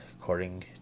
according